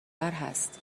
هست